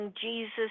Jesus